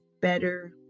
better